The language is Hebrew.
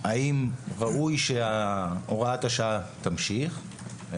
האם ראוי שהוראת השעה תמשיך,